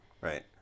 right